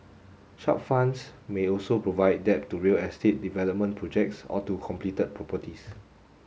such funds may also provide debt to real estate development projects or to completed properties